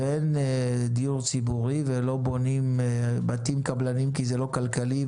ואין דיור ציבורי ולא בונים בתים קבלניים כי זה לא כלכלי,